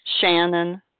Shannon